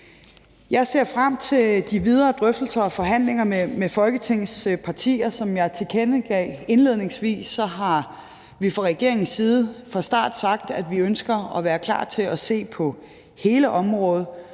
Jeg ser frem til de videre drøftelser og forhandlinger med Folketingets partier. Som jeg tilkendegav indledningsvis, har vi fra regeringens side fra starten sagt, at vi ønsker at være klar til at se på hele området,